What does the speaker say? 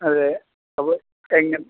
അതെ അപ്പോള്